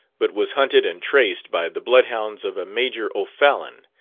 but was hunted and traced by the blood-hounds of a major o'fallon,